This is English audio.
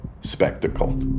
spectacle